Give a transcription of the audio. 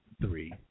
three